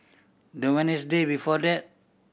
the Wednesday before that